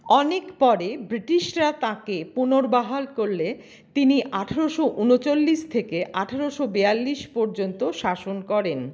অনেক পরে ব্রিটিশরা তাঁকে পুনর্বহাল করলে তিনি আঠেরোশো উনচল্লিশ থেকে আঠেরোশো বেয়াল্লিশ পর্যন্ত শাসন করেন